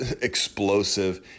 explosive